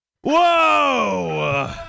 Whoa